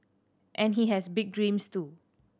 and he has big dreams too